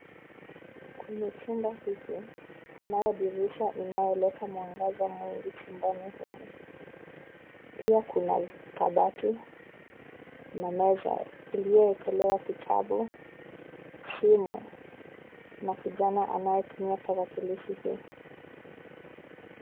Kwenye chumba hiki kunayo dirisha ambayo inaleta mwangaza mwingi chumbani humu. Pia kuna kabati na meza iliyowekelewa kitabu, simu na kijana anayetumia tarakilishi hii.